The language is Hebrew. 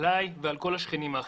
עליי, ועל כל השכנים האחרים.